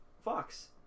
fox